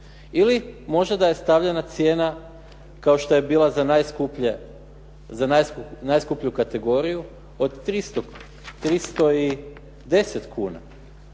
ili možda da je stavljena cijena kao što je bila za najskuplju kategoriju od 310 kuna.